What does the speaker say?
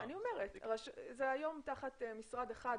היום זה תחת משרד אחד.